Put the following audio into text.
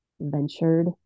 ventured